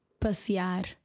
passear